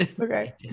Okay